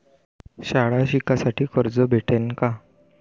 शाळा शिकासाठी कर्ज भेटन का?